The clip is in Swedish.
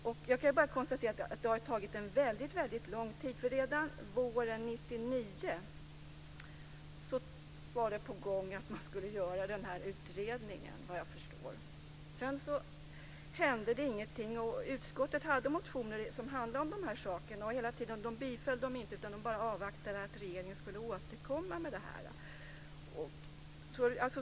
Jag kan bara konstatera att det har tagit väldigt lång tid. Redan våren 1999 var det på gång att man skulle göra den här utredningen. Sedan hände det ingenting. Utskottet hade motioner som handlade om de här sakerna. De biföll dem inte, utan de bara avvaktade att regeringen skulle återkomma i frågan.